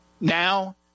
now